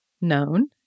known